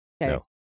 No